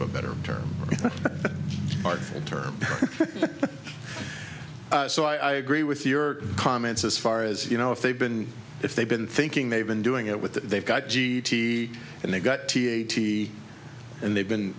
of a better term hard term so i agree with your comments as far as you know if they've been if they've been thinking they've been doing it with they've got g t and they've got t a t and they've been